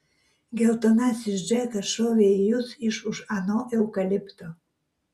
geltonasis džekas šovė į jus iš už ano eukalipto